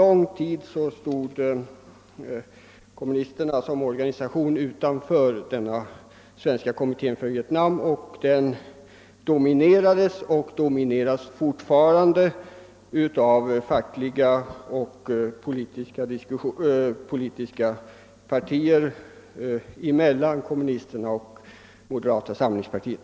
Länge stod dock kommunisterna som organisation utanför Svenska kommittén för Vietnam, vilken dominerades och fortfarande domineras av fackliga sammanslutningar och politiska organisationer mellan kommunisterna och moderata samlingspartiet.